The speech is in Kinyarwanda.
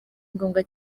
ngombwa